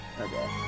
Okay